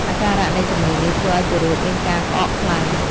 អាការៈនៃជម្ងឺនេះធ្វើឱ្យទារកមានការក្អកខ្លាំង។